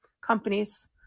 companies